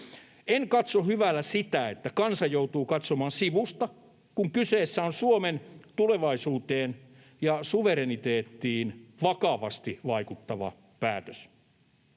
En katso hyvällä sitä, että kansa joutuu katsomaan sivusta, kun kyseessä on Suomen tulevaisuuteen ja suvereniteettiin vakavasti vaikuttava päätös.